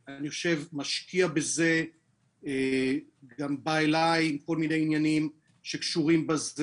שמשקיע בזה וגם בא אליי בכל מיני עניינים שקשורים לזה,